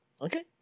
Okay